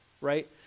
right